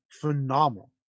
phenomenal